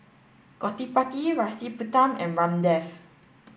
Gottipati Rasipuram and Ramdev